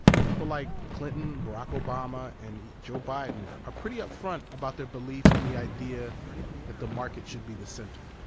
people like clinton, barack obama, and joe biden, are pretty upfront about their belief in the idea that the market hsould be the center.